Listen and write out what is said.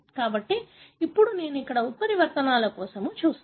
కాబట్టి ఇప్పుడు నేను అక్కడ ఉత్పరివర్తనాల కోసం కూడా చూస్తాను